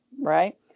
right